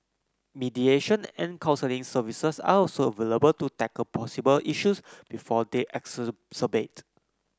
mediation and counselling services are also available to tackle possible issues before they exacerbate